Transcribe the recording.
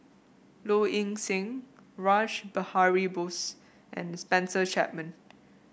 Low Ing Sing Rash Behari Bose and Spencer Chapman